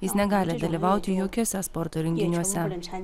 jis negali dalyvauti jokiose sporto renginiuose